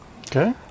Okay